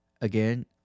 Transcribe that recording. again